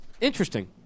Interesting